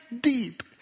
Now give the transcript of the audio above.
deep